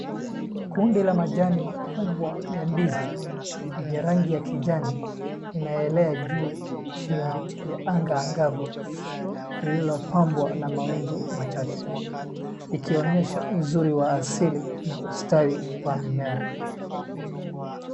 Kundi la majani makubwa ya ndizi yenye rangi ya kijani inaelea juu chini ya anga angavu, lililo pambwa na mawingu machache, ikionyesha uzuri wa asili na ustawi wa mimea